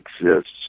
exists